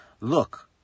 Look